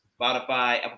Spotify